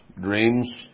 dreams